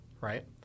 right